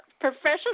professional